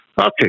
Okay